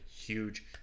huge